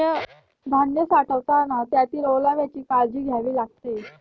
धान्य साठवताना त्यातील ओलाव्याची काळजी घ्यावी लागते